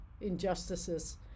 injustices